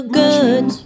good